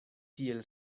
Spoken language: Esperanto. tiel